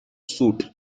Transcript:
suit